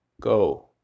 Go